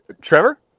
Trevor